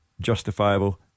justifiable